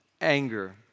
anger